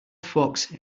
fox